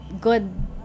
good